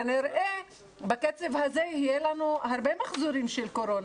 כנראה בקצב הזה יהיה לנו הרבה מחזורים של קורונה.